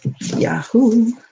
yahoo